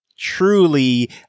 truly